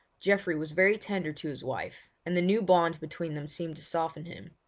geoffrey was very tender to his wife, and the new bond between them seemed to soften him.